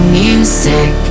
music